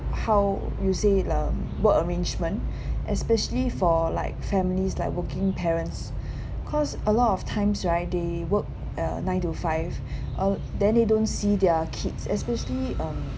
how you say um work arrangement especially for like families like working parents cause a lot of times right they work uh nine to five uh then they don't see their kids especially um